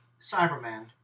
Cyberman